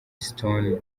stone